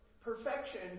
perfection